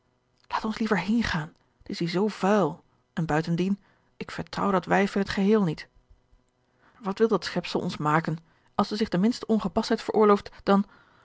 laat ons liever heengaan het is hier zoo vuil en buitendien ik vertrouw dat wijf in het geheel niet wat wil dat schepsel ons maken als zij zich de minste ongegeorge een ongeluksvogel pastheid veroorlooft dan